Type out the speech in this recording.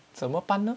怎么办呢